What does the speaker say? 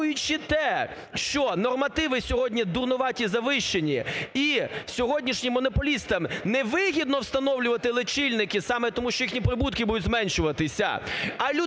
враховуючи те, що нормативи сьогодні дурнуваті, завищені і сьогоднішнім монополістам не вигідно встановлювати лічильники, саме тому, що їхні прибутки будуть зменшуватись,